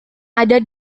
ada